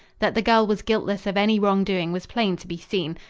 that the girl was guiltless of any wrong-doing was plain to be seen.